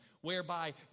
whereby